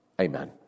Amen